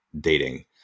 dating